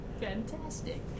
fantastic